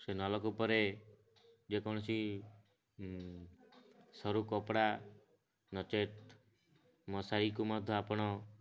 ସେ ନଳକୂପରେ ଯେକୌଣସି ସରୁ କପଡ଼ା ନଚେତ୍ ମଶାରିକୁ ମଧ୍ୟ ଆପଣ